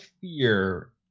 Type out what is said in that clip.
fear